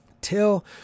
Till